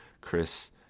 Chris